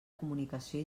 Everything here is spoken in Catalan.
comunicació